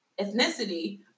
Ethnicity